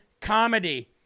comedy